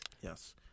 Yes